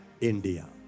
India